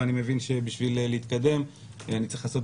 ואני מבין שבשביל להתקדם אני צריך לעשות